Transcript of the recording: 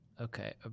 okay